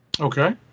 Okay